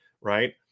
right